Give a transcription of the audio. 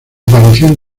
aparición